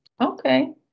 Okay